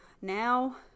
now